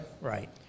Right